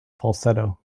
falsetto